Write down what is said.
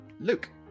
Luke